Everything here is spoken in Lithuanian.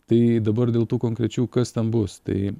tai dabar dėl tų konkrečių kas ten bus tai